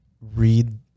read